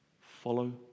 Follow